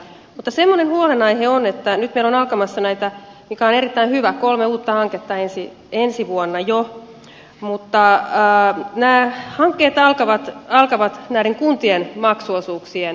mutta semmoinen huolenaihe on että nyt meillä on alkamassa nämä mikä on erittäin hyvä kolme uutta hanketta ensi vuonna jo mutta nämä hankkeet alkavat kuntien maksuosuuksien avulla